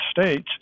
States